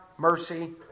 Mercy